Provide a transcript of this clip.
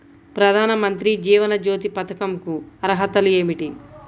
ప్రధాన మంత్రి జీవన జ్యోతి పథకంకు అర్హతలు ఏమిటి?